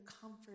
comfort